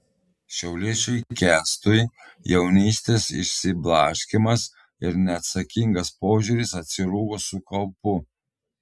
šiauliečiui kęstui jaunystės išsiblaškymas ir neatsakingas požiūris atsirūgo su kaupu